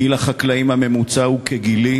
גיל החקלאים הממוצע הוא כגילי,